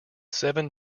seven